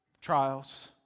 Trials